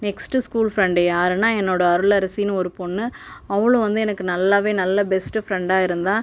next school friend யாருன்னால் என்னோட அருளரசினு ஒரு பொண்ணு அவளும் வந்து எனக்கு நல்லாவே நல்ல பெஸ்ட் ஃப்ரண்டாக இருந்தாள்